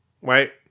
Wait